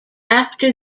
after